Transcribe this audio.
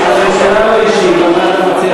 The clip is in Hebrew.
זה לא משחק.